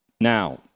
Now